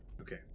Okay